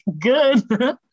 good